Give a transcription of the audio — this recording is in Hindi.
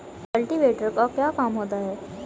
कल्टीवेटर का क्या काम होता है?